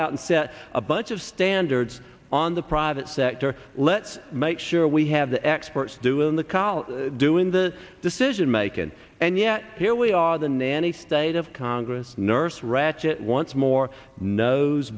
out and set a bunch of standards on the private sector let's make sure we have the experts do in the college doing the decision making and yet here we are the nanny state of congress nurse ratchet once more knows